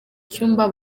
cyumba